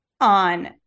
on